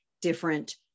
different